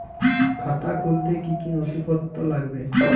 খাতা খুলতে কি কি নথিপত্র লাগবে?